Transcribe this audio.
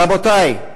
רבותי,